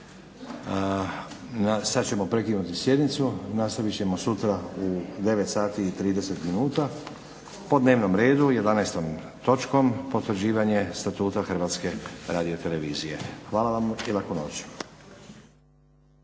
Sada ćemo prekinuti sjednicu, nastavit ćemo sutra u 9,30 po dnevnom redu 11.točkom Potvrđivanje statuta HRT-a. Hvala vam i laku noć.